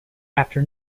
after